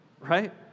right